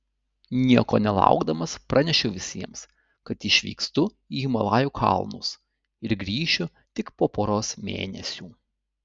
nieko nelaukdamas pranešiau visiems kad išvykstu į himalajų kalnus ir grįšiu tik po poros mėnesių